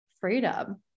freedom